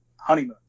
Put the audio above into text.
honeymoon